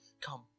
Come